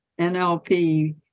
NLP